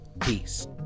peace